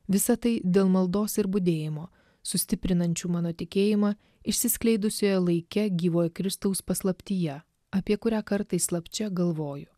visa tai dėl maldos ir budėjimo sustiprinančių mano tikėjimą išsiskleidusioje laike gyvojo kristaus paslaptyje apie kurią kartais slapčia galvoju